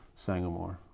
Sangamore